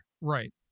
Right